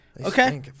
Okay